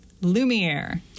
Lumiere